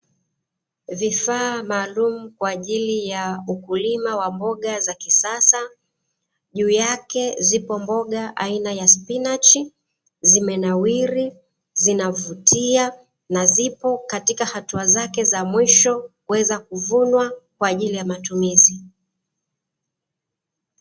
Vifaa maalumu kwa ajili ya ukulima wa mboga za kisasa, juu yake zipo mboga aina ya spinachi zimenawiri, zinavutia na zipo katika hatua zake za mwisho kuweza kuvunwa kwa ajili ya matumizi.